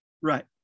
right